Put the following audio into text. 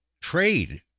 trade